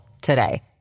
today